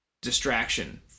distraction